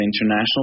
international